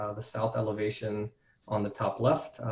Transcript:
ah the south elevation on the top left,